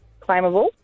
claimable